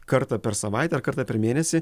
kartą per savaitę ar kartą per mėnesį